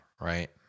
right